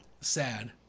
sad